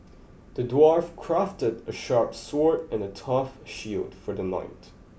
the dwarf crafted a sharp sword and a tough shield for the knight